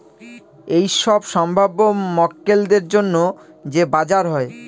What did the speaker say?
এইসব সম্ভাব্য মক্কেলদের জন্য যে বাজার হয়